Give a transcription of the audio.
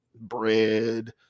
bread